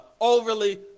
overly